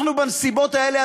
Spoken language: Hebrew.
אנחנו בנסיבות האלה,